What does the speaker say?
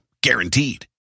Guaranteed